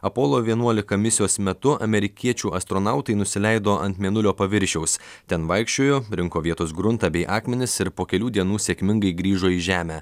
apolo vienuolika misijos metu amerikiečių astronautai nusileido ant mėnulio paviršiaus ten vaikščiojo rinko vietos gruntą bei akmenis ir po kelių dienų sėkmingai grįžo į žemę